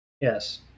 Yes